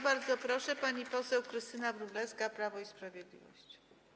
Bardzo proszę, pani poseł Krystyna Wróblewska, Prawo i Sprawiedliwość.